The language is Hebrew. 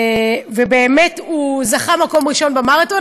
ובאמת הוא זכה במקום הראשון במרתון,